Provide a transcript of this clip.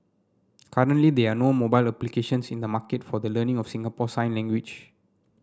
currently there are no mobile applications in the market for the learning of Singapore sign language